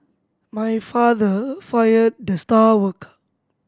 my father fired the star worker